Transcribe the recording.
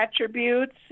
attributes